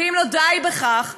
ואם לא די בכך,